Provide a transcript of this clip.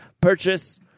purchase